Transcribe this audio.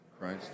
Christ